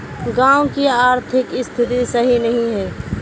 गाँव की आर्थिक स्थिति सही नहीं है?